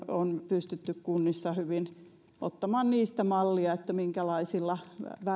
on pystytty kunnissa hyvin ottamaan mallia siinä minkälaisilla